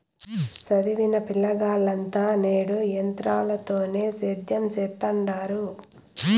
సదివిన పిలగాల్లంతా నేడు ఎంత్రాలతోనే సేద్యం సెత్తండారు